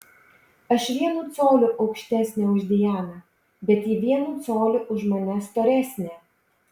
aš vienu coliu aukštesnė už dianą bet ji vienu coliu už mane storesnė